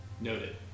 Noted